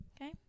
okay